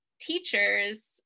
teachers